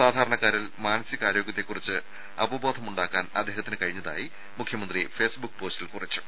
സാധാരണക്കാരിൽ മാനസികാരോഗ്യത്തെ കുറിച്ച് അവബോധം ഉണ്ടാക്കാൻ അദ്ദേഹത്തിന് കഴിഞ്ഞതായി മുഖ്യമന്ത്രി ഫെയ്സ്ബുക്ക് പോസ്റ്റിൽ കുറിച്ചു